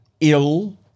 ill